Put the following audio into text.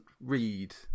read